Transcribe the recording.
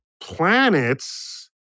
planets